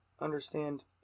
understand